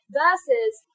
versus